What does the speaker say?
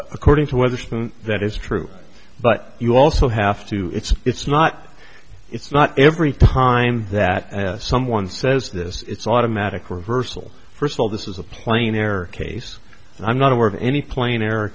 weatherstone that is true but you also have to it's it's not it's not every time that as someone says this it's automatic reversal first of all this is a plane air case and i'm not aware of any plane era